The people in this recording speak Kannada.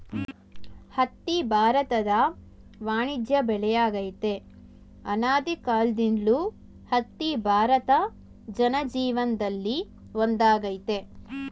ಹತ್ತಿ ಭಾರತದ ವಾಣಿಜ್ಯ ಬೆಳೆಯಾಗಯ್ತೆ ಅನಾದಿಕಾಲ್ದಿಂದಲೂ ಹತ್ತಿ ಭಾರತ ಜನಜೀವನ್ದಲ್ಲಿ ಒಂದಾಗೈತೆ